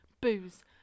booze